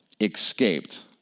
escaped